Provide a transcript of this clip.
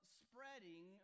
spreading